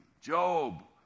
Job